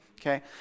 okay